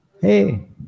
Hey